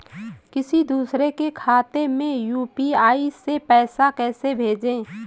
किसी दूसरे के खाते में यू.पी.आई से पैसा कैसे भेजें?